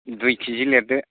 दुइ केजि लेरदो